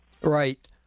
Right